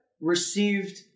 received